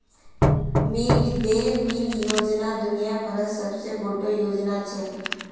mid day meal योजना दुनिया भरत सबसे बोडो योजना छे